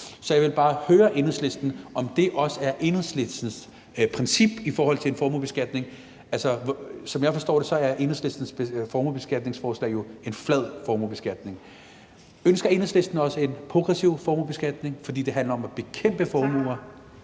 Så jeg vil bare høre Enhedslisten, om det også er Enhedslistens princip i forhold til en formuebeskatning. Altså, som jeg forstår det, er Enhedslistens formuebeskatningsforslag jo en flad formuebeskatning. Ønsker Enhedslisten også en progressiv formuebeskatning, fordi det handler om at bekæmpe formuer,